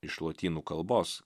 iš lotynų kalbos